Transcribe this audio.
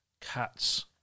Cat's